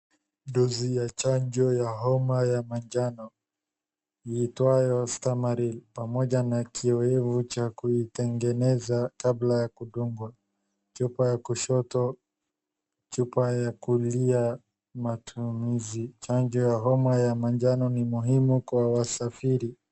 Dozi ya chanjo ya homa ya majano iitwayo Stamaril pamoja na kioevu cha kuitengeneza kabla ya kudungwa. Chupa ya kushoto, chupa ya kulia matumizi. Chanjo ya homa ya majano ni muhimu kwa wasafiri.